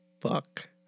fuck